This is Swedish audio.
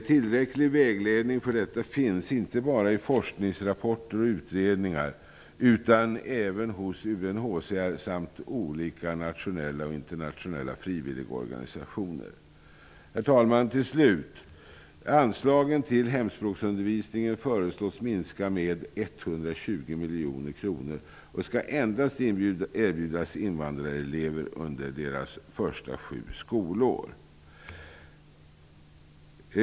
Tillräcklig vägledning för detta finns inte bara i forskningsrapporter och utredningar utan även hos UNHCR samt olika nationella och internationella frivilligorganisationer. Herr talman! Anslagen till hemspråksundervisningen föreslås minska med 120 miljoner kronor och skall endast erbjudas invandrarelever under deras första sju skolår.